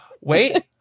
Wait